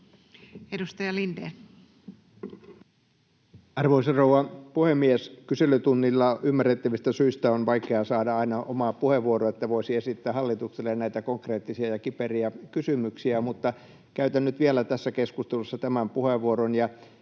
Content: Arvoisa rouva puhemies! Kyselytunnilla ymmärrettävistä syistä on vaikea saada aina omaa puheenvuoroa, että voisi esittää hallitukselle näitä konkreettisia ja kiperiä kysymyksiä. Käytän nyt vielä tässä keskustelussa tämän puheenvuoron.